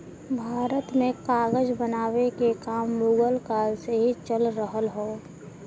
भारत में कागज बनावे के काम मुगल काल से ही चल रहल हौ